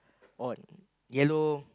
on yellow